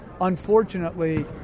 unfortunately